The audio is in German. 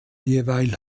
derweil